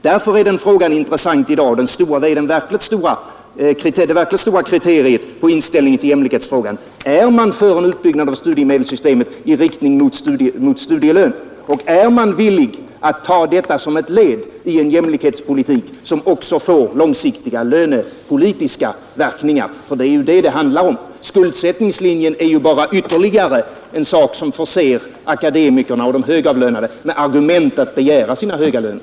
Därför är den frågan intressant i dag, och det verkligt stora kriteriet på inställningen till jämlikhet är om socialdemokraterna är för en utbyggnad av studiemedelssystemet i riktning mot studielön och om socialdemokraterna är villiga att ta detta som ett led i en jämlikhetspolitik som också får långsiktiga lönepolitiska verkningar. Det handlar nämligen om detta, och skuldsättningssystemet förser bara akademikerna och de högavlönade med argument för att begära sina höga löner.